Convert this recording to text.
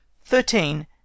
Thirteen